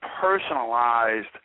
personalized